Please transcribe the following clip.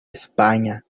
españa